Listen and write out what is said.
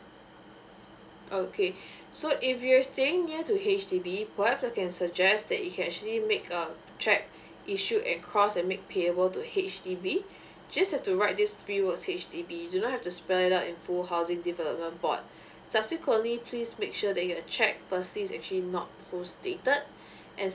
okay so if you're staying near to H_D_B perhaps I can suggest that you can actually make um cheque issue and cross and make payable to H_D_B just have to write this fill of H_D_B do not have to spell it out in full housing development board subsequently please make sure that your cheque actually not full stated